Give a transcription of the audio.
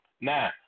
Now